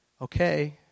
Okay